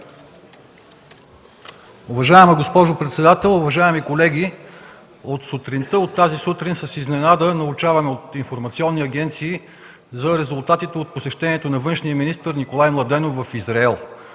Уважаема госпожо председател, уважаеми колеги! От тази сутрин с изненада научаваме от информационни агенции за резултатите от посещението на външния министър Николай Младенов в Израел.